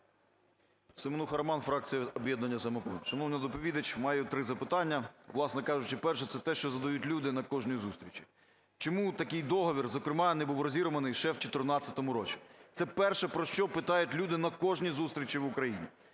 Семенуха Роман, фракція "Об'єднання "Самопоміч". Шановний доповідач, маю три запитання. Власне кажучи, перше – це те, що задають люди на кожній зустрічі. Чому такий договір, зокрема, не був розірваний ще у 14-у році? Це перше, про що питають люди на кожній зустрічі в Україні.